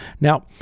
Now